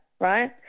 right